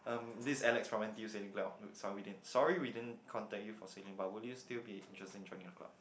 um this Alex from N_T_U sailing club sorry we didn't sorry we didn't contact you for sailing but will you still be interesting to joining the club